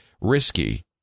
risky